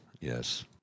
Yes